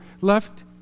left